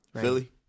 Philly